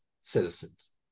citizens